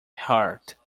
heart